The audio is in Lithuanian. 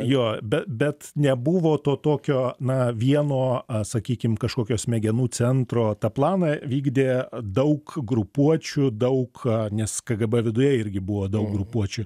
jo be bet nebuvo to tokio na vieno sakykim kažkokio smegenų centro tą planą vykdė daug grupuočių daug nes kgb viduje irgi buvo daug grupuočių